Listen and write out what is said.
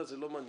זה לא מעניין.